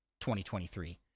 2023